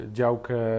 działkę